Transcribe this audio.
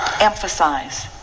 emphasize